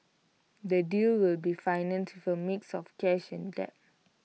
the deal will be financed for mix of cash and debt